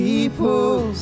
people